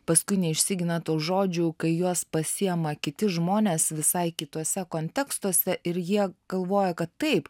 paskui neišsigina tų žodžių kai juos pasiema kiti žmonės visai kituose kontekstuose ir jie galvoja kad taip